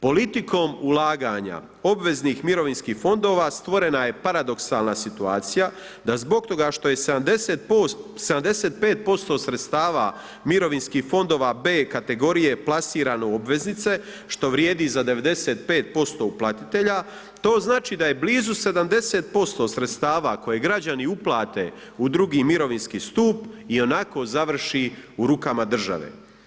Politikom ulaganja obveznih mirovinskih fondova, stvorena je paradoksalna situacija da zbog toga što je 75% sredstava mirovinskih fondova B kategorije plasirano u obveznice što vrijedi za 95% uplatitelja, to znači da je blizu 70% sredstava koje građani uplate u II. mirovinski stup, ionako završi u rukama države.